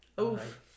Oof